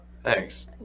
Thanks